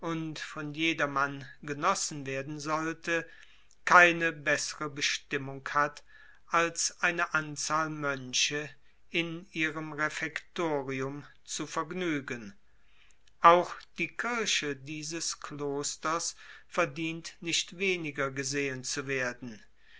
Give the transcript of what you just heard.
von jedermann genossen werden sollte keine bessere bestimmung hat als eine anzahl mönche in ihrem refektorium zu vergnügen auch die kirche dieses klosters verdient nicht weniger gesehen zu werden